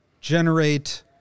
generate